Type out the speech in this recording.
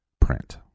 print